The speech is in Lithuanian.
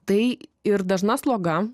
tai ir dažna sloga